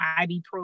ibuprofen